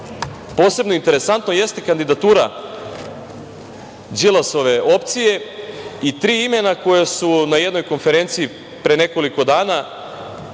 posebno interesantno jeste kandidatura Đilasove opcije i tri imena koja su na jednoj konferenciji pre nekoliko dana